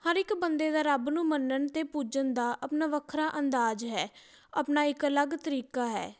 ਹਰ ਇੱਕ ਬੰਦੇ ਦਾ ਰੱਬ ਨੂੰ ਮੰਨਣ ਅਤੇ ਪੂਜਣ ਦਾ ਆਪਣਾ ਵੱਖਰਾ ਅੰਦਾਜ਼ ਹੈ ਆਪਣਾ ਇੱਕ ਅਲੱਗ ਤਰੀਕਾ ਹੈ